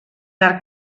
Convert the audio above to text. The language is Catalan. arc